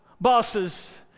bosses